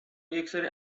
یکسری